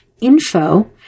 info